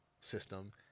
system